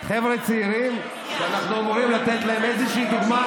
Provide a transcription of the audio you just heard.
חבר'ה צעירים שאנחנו אמורים לתת להם איזושהי דוגמה